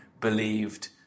believed